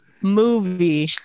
movie